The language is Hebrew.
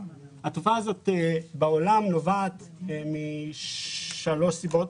התופעה הזאת בעולם נובעת משלוש סיבות